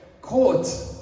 caught